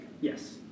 Yes